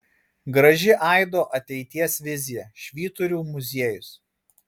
graži aido ateities vizija švyturių muziejus